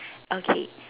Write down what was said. okay